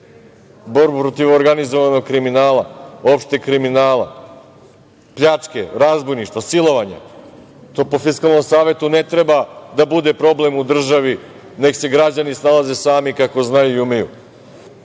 borbu protiv organizovanog kriminala, opšteg kriminala, pljačke, razbojništva, silovanja. To po Fiskalnom savetu ne treba da bude problem u državi, neka se građani snalaze sami kako znaju i umeju. Ne